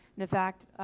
and in fact,